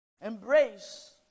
Embrace